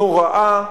נוראה,